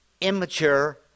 immature